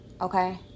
Okay